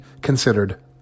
considered